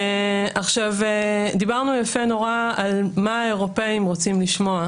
עכשיו דיברנו יפה נורא על מה האירופאים רוצים לשמוע,